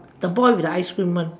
the boy with the ice cream one